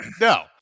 No